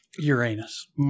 uranus